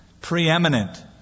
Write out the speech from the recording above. preeminent